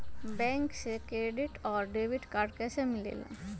Bank से credit और debit card कैसी मिलेला?